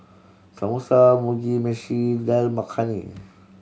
Samosa Mugi Meshi Dal Makhani